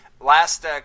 Last